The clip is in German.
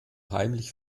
heimlich